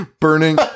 burning